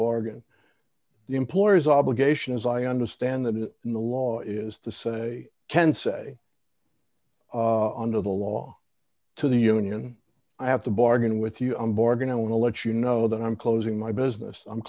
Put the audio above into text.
bargain the employer's obligations i understand that in the law is to say can say under the law to the union i have to bargain with you on board and i want to let you know that i'm closing my business i'm